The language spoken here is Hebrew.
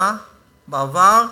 זה היה בעבר,